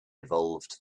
evolved